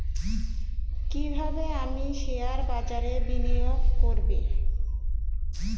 কিভাবে আমি শেয়ারবাজারে বিনিয়োগ করবে?